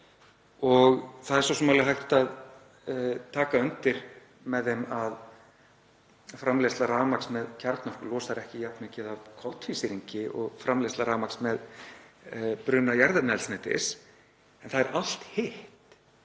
dag. Það er svo sem alveg hægt að taka undir það með þeim að framleiðsla rafmagns með kjarnorku losar ekki jafn mikið af koltvísýringi og framleiðsla rafmagns með bruna jarðefnaeldsneytis. En það er allt hitt,